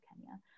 Kenya